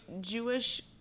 Jewish